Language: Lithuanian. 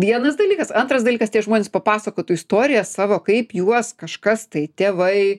vienas dalykas antras dalykas tie žmonės papasakotų istoriją savo kaip juos kažkas tai tėvai